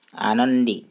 आनंदी